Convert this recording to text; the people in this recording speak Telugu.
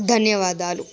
ధన్యవాదాలు